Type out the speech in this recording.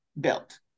built